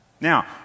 Now